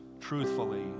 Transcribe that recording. truthfully